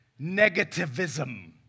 negativism